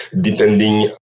depending